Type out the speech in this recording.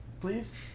please